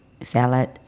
salad